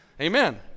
Amen